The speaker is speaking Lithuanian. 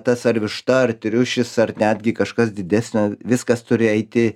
tas ar višta ar triušis ar netgi kažkas didesnio viskas turi eiti